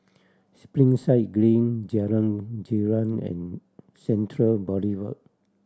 Springside Green Jalan Girang and Central Boulevard